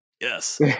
Yes